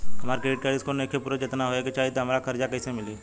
हमार credit score नईखे पूरत जेतना होए के चाही त हमरा कर्जा कैसे मिली?